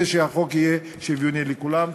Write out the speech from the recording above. והחוק יהיה שוויוני לכולם.